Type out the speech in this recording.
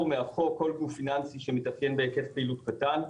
מהחוק כל גוף פיננסי שמתאפיין בהיקף פעילות קטן.